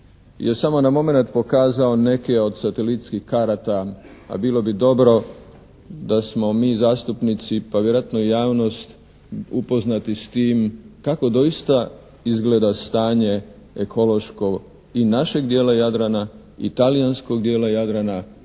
je samo na momenat pokazao neke od satelitskih karata, a bilo bi dobro da smo mi zastupnici, pa vjerojatno i javnost upoznati s tim kako doista izgleda stanje ekološko i našeg dijela Jadrana i talijanskog dijela Jadrana